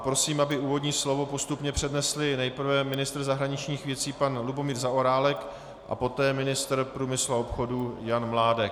Prosím, aby v úvodní slovo postupně přednesli nejprve ministr zahraničních věcí pan Lubomír Zaorálek a poté ministr průmyslu a obchodu Jan Mládek.